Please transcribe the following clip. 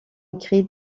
écrit